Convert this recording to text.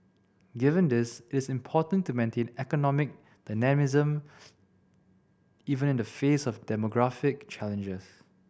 given this it is important to maintain economic dynamism even in the face of demographic challenges